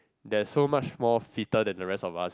that is so much more fitter than the rest of us